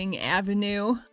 avenue